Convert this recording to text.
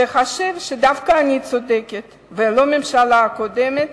שחשב שדווקא אני צודקת, ולא הממשלה הקודמת